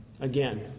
again